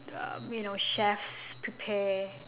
uh you know chefs prepare